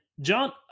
John